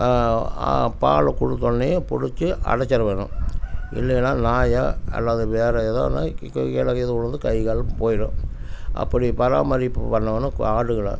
பால் கொடுத்த உடனேயும் பிடிச்சு அடைச்சற வேணும் இல்லைன்னால் நாயோ அல்லது வேறு எதோன்னு கீழே கீது விழுந்து கை கால் போய்டும் அப்படி பராமரிப்பு பண்ணணும் ஆடுகளை